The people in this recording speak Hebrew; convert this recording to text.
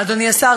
אדוני השר,